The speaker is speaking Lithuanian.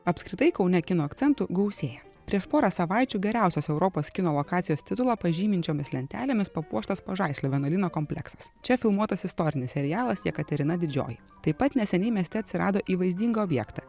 apskritai kaune kino akcentų gausėja prieš porą savaičių geriausios europos kino lokacijos titulą pažyminčiomis lentelėmis papuoštas pažaislio vienuolyno kompleksas čia filmuotas istorinis serialas jekaterina didžioji taip pat neseniai mieste atsirado į vaizdingą objektą